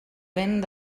vent